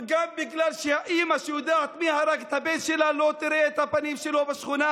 גם בשביל שהאימא שיודעת מי הרג את הבן שלה לא תראה את הפנים שלו בשכונה.